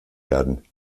werden